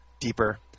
deeper